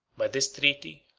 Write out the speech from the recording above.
by this treaty,